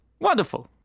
Wonderful